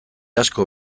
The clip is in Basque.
asko